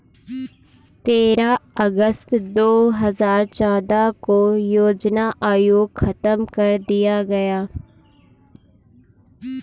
तेरह अगस्त दो हजार चौदह को योजना आयोग खत्म कर दिया गया